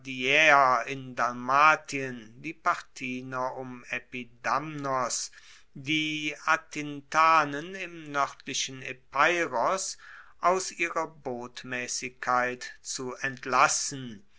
in dalmatien die parthiner um epidamnos die atintanen im noerdlichen epeiros aus ihrer botmaessigkeit zu entlassen